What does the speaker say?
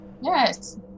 Yes